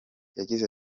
yagize